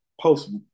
post